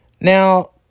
Now